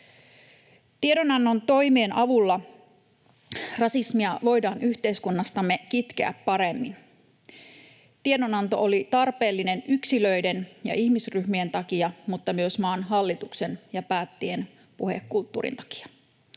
Tiedonannon toimien avulla rasismia voidaan yhteiskunnastamme kitkeä paremmin. Tiedonanto oli tarpeellinen yksilöiden ja ihmisryhmien takia mutta myös maan hallituksen ja päättäjien puhekulttuurin takia,